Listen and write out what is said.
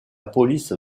police